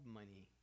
money